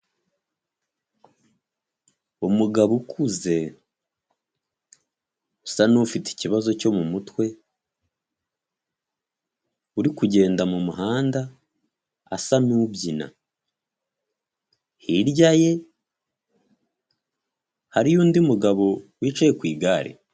Umugabo ukuze usa n’ufite ikibazo cyo mu mutwe, uri kugenda mu muhanda asa n’ubyina, hirya ye hariyo undi mugabo wicaye ku igare.